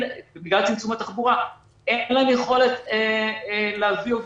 בגלל צמצום התחבורה אין להם יכולת להביא עובדים,